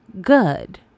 good